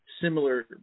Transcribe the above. similar